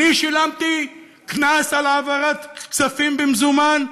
אני שילמתי קנס על העברת כספים במזומן?